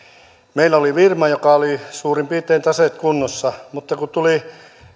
meillä oli firma jossa oli suurin piirtein taseet kunnossa mutta kun tuli